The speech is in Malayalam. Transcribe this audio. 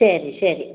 ശരി ശരി